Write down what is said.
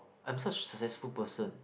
I am such successful person